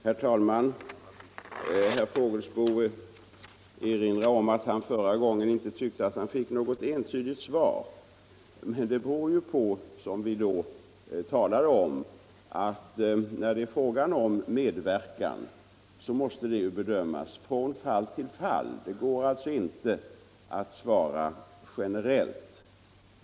Herr talman! Herr Fågelsbo erinrar om att han förra gången inte tyckte att han fick något entydigt svar. Men det beror ju på, som vi då talade om, att medverkan av detta slag måste bedömas från fall till fall. Jag kan alltså inte svara generellt.